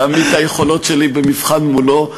להעמיד את היכולת שלי במבחן מולו,